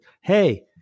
hey